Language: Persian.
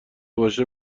باشه